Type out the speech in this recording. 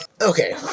Okay